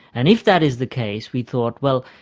and if that is the case we thought, well,